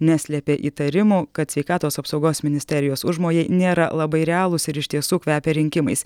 neslėpė įtarimų kad sveikatos apsaugos ministerijos užmojai nėra labai realūs ir iš tiesų kvepia rinkimais